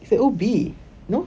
it's at ubi no